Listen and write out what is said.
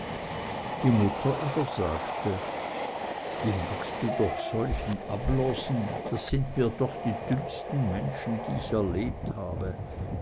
die mutter aber sagte wie magst du doch auch solchen ablosen das sind mir doch die dümmsten menschen die ich erlebt habe